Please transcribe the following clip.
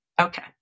Okay